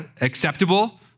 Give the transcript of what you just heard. acceptable